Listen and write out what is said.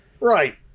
Right